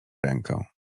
rękę